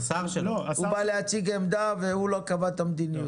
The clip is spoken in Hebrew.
הוא בא להציג עמדה והוא לא קבע את המדיניות.